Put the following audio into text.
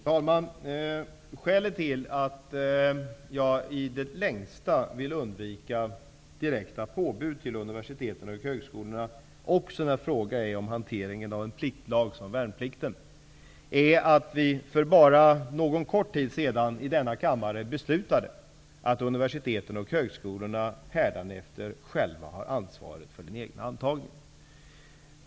Fru talman! Skälet till att jag i det längsta vill undvika direkta påbud för universiteten och högskolorna, också när frågan gäller hanteringen av en pliktlag som värnplikten, är att vi för bara en kort tid sedan i denna kammare beslutade att universiteten och högskolorna hädanefter själva skall ha ansvaret för den egna antagningen.